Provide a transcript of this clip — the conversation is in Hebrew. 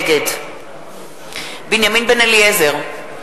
נגד בנימין בן-אליעזר,